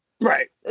Right